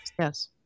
Yes